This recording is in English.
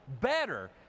better